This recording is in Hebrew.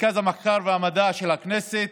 מרכז המחקר והמידע של הכנסת,